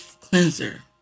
cleanser